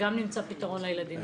שגם נמצא פתרון לילדים האלה.